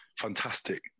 fantastic